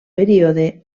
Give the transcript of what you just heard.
període